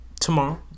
tomorrow